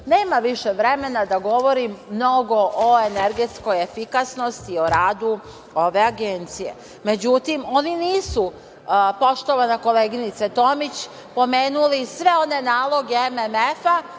više vremena da govorim o mnogo o energetskoj efikasnosti, o radu ove Agencije.Međutim, oni nisu, poštovana koleginice Tomić, pomenuli sve one naloge MMF